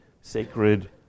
sacred